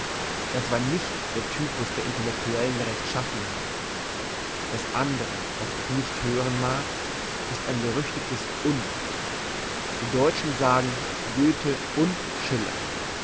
das war nicht der typus der intellektuellen rechtschaffenheit das andre was ich nicht hören mag ist ein berüchtigtes und die deutschen sagen goethe und schiller